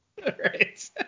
Right